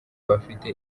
bafite